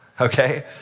Okay